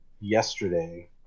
yesterday